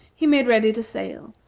he made ready to sail,